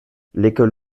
l’école